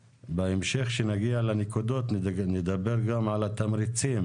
כשנגיע לנקודות בהמשך, נדבר גם על התמריצים